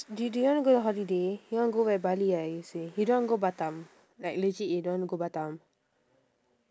do do you wanna go on holiday you want go where bali ah you say you don't want go batam like legit you don't want go batam